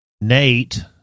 Nate